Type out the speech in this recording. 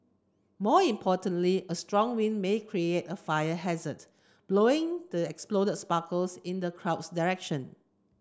more importantly a strong wind may create a fire hazard blowing the explode sparkles in the crowd's direction